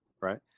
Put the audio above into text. right